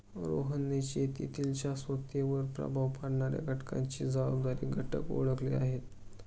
रोहनने शेतीतील शाश्वततेवर प्रभाव पाडणाऱ्या घटकांसाठी जबाबदार घटक ओळखले आहेत